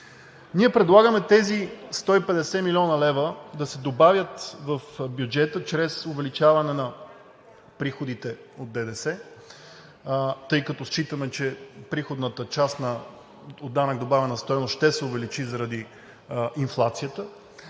Ние предлагаме тези 150 млн. лв. да се добавят в бюджета чрез увеличаване на приходите от ДДС, тъй като считаме, че приходната част от данък добавена стойност ще се увеличи заради инфлацията.